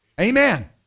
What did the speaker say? Amen